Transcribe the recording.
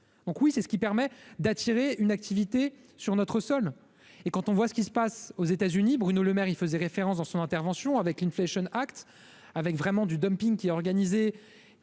donc oui, c'est ce qui permet d'attirer une activité sur notre sol et quand on voit ce qui se passe aux États-Unis, Bruno Lemaire il faisait référence dans son intervention avec une flèche acte avec vraiment du dumping qui a organisé,